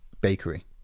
bakery